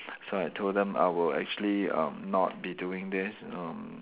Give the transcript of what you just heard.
so I told them I will actually um not be doing this uh